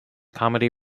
comedy